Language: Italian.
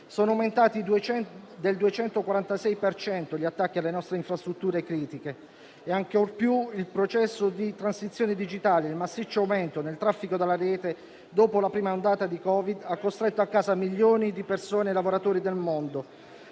sono aumentati del 246 per cento gli attacchi alle nostre infrastrutture critiche e ancor più il processo di transizione digitale e il massiccio aumento del traffico in rete dopo la prima ondata di Covid hanno costretto a milioni di persone e lavoratori del mondo,